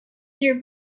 your